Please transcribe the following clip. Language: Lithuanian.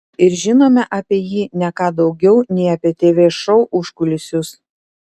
ir žinome apie jį ne ką daugiau nei apie tv šou užkulisius